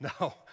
no